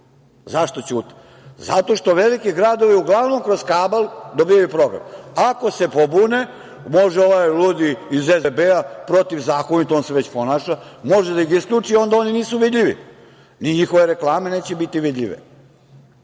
Zašto ćute? Zato što veliki gradovi uglavnom kroz kabal dobijaju program. Ako se pobune, može ovaj ludi iz SBB-a protivzakonito, jer on se već ponaša tako, da ih isključi i onda oni nisu vidljivi, ni njihove reklame neće biti vidljive. Gle